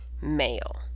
male